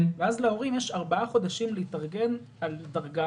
כך יש להורים ארבעה חודשים להתארגן על דרגה